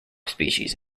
species